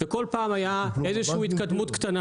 וכול פעם הייתה איזו שהיא התקדמות קטנה.